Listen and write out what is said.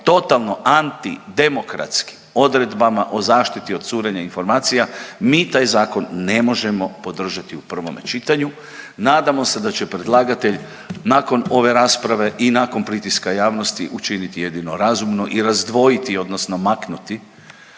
totalno antidemokratskim odredbama o zaštiti od curenja informacija mi taj zakon ne možemo podržati u prvome čitanju. Nadamo se da će predlagatelj nakon ove rasprave i nakon pritiska javnosti učiniti jedino razumno i razdvojiti odnosno maknuti